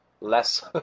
less